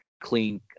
clean